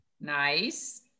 Nice